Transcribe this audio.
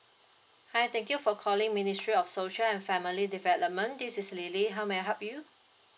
hi thank you for calling ministry of social and family development this is lily how may I help you